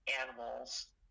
animals